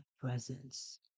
Presence